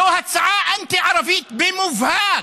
זו הצעה אנטי-ערבית במובהק.